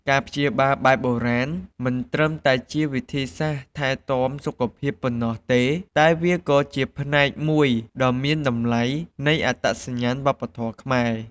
ការព្យាបាលបែបបុរាណមិនត្រឹមតែជាវិធីសាស្ត្រថែទាំសុខភាពប៉ុណ្ណោះទេ តែវាក៏ជាផ្នែកមួយដ៏មានតម្លៃនៃអត្តសញ្ញាណវប្បធម៌ខ្មែរ។